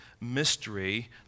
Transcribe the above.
mystery